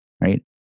right